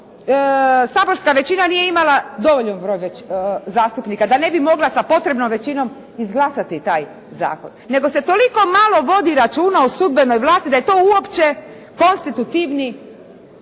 što saborska većina nije imala dovoljan broj zastupnika, da ne bi mogla sa potrebnom većinom izglasati taj zakon, nego se toliko malo vodi računa o sudbenoj vlasti da je to uopće konstitutivni